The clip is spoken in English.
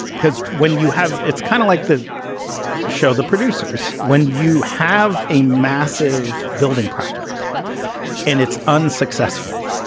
because when you have it's kind of like the show the producers, when you have a massive building project and it's unsuccessful,